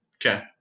Okay